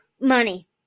money